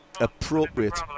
appropriate